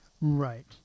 Right